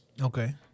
okay